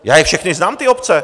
Já je všechny znám, ty obce.